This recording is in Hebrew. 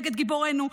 נגד גיבורינו,